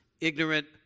ignorant